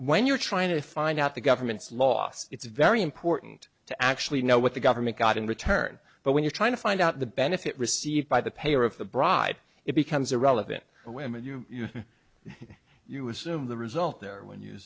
when you're trying to find out the government's loss it's very important to actually know what the government got in return but when you're trying to find out the benefit received by the payer of the bride it becomes irrelevant women you you assume the result there when you